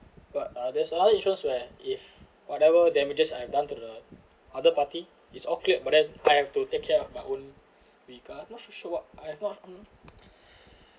but uh there's another insurance where if whatever damages I have done to the other party it's all cleared but then I have to take care of my own vehicle I'm not so sure what I've not mm